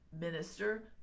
minister